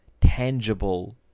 tangible